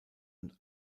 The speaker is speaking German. und